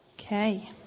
Okay